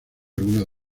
algunas